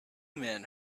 men